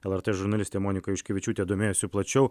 lrt žurnalistė monika juškevičiūtė domėjosi plačiau